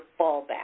fallback